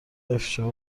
افشا